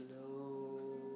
slow